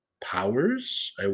powers